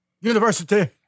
University